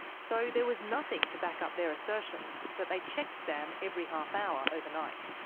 so there was nothing to back up their assertions that they checked sam every half hour overnight.